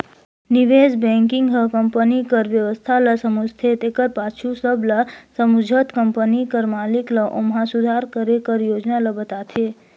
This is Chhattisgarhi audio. निवेस बेंकिग हर कंपनी कर बेवस्था ल समुझथे तेकर पाछू सब ल समुझत कंपनी कर मालिक ल ओम्हां सुधार करे कर योजना ल बताथे